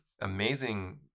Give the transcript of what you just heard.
amazing